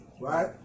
right